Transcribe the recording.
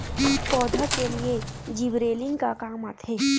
पौधा के लिए जिबरेलीन का काम आथे?